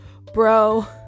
bro